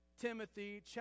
Timothy